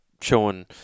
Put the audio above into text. showing